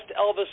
Elvis